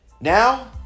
Now